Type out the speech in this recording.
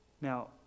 now